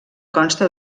consta